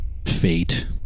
fate